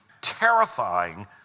terrifying